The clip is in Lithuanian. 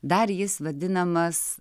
dar jis vadinamas